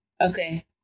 Okay